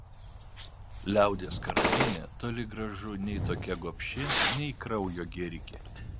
liaudies karalienė toli gražu nei tokia gobši nei kraujo gėrike